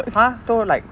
!huh! so like